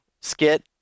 skit